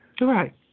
Right